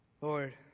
Lord